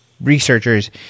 researchers